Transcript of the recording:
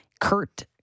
Kurt